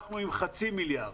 אנחנו עם חצי מיליארד.